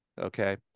Okay